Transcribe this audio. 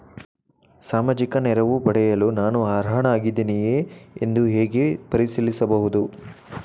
ಸಾಮಾಜಿಕ ನೆರವು ಪಡೆಯಲು ನಾನು ಅರ್ಹನಾಗಿದ್ದೇನೆಯೇ ಎಂದು ಹೇಗೆ ಪರಿಶೀಲಿಸಬಹುದು?